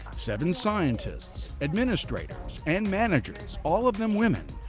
seven scientists, administrators and managers, all of them women,